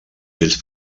gens